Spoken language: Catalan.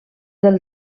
del